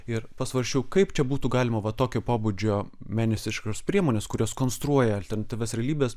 ir pasvarsčiau kaip čia būtų galima va tokio pobūdžio meninės išraiškos priemones kurios konstruoja alternatyvias realybes